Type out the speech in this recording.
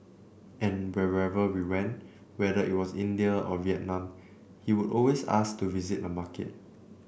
and wherever we went whether it was India or Vietnam he would always ask to visit a market